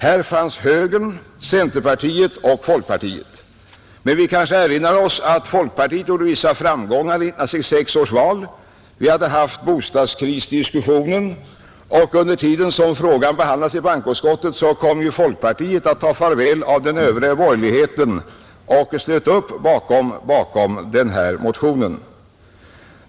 Här fanns högern, centerpartiet och folkpartiet. Emellertid hade folkpartiet haft vissa framgångar i 1966 års val. Jag erinrar om att vi då hade haft bostadskrisdiskussionen, Under tiden som frågan behandlades i bankoutskottet tog folkpartiet farväl av den övriga borgerligheten och slöt upp bakom den socialdemokratiska motionen.